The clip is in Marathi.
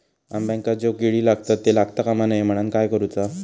अंब्यांका जो किडे लागतत ते लागता कमा नये म्हनाण काय करूचा?